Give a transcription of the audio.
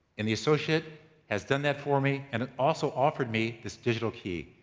and the associate has done that for me, and and also offered me this digital key,